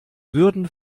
würden